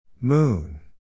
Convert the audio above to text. Moon